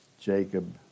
Jacob